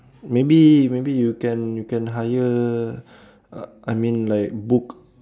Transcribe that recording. maybe maybe you can you can hire uh I mean like book